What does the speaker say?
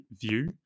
view